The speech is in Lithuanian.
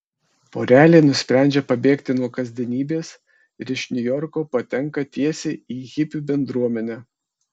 porelė nusprendžia pabėgti nuo kasdienybės ir iš niujorko patenka tiesiai į hipių bendruomenę